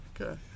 Okay